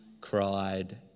cried